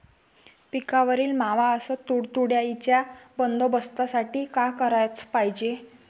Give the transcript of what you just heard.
पिकावरील मावा अस तुडतुड्याइच्या बंदोबस्तासाठी का कराच पायजे?